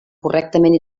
correctament